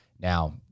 Now